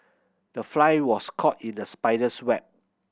the fly was caught in the spider's web